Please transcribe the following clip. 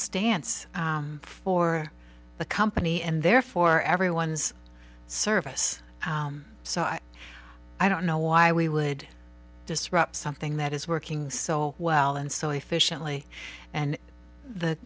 stance for the company and therefore everyone's service so i don't know why we would disrupt something that is working so well and so efficiently and the